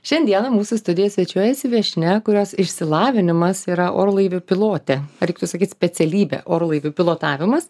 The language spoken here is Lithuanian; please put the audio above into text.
šiandieną mūsų studijoje svečiuojasi viešnia kurios išsilavinimas yra orlaivių pilotė ar reiktų sakyti specialybė orlaivių pilotavimas